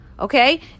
Okay